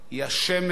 היא השמש,